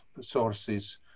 sources